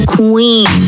Queen